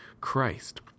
Christ